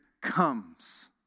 comes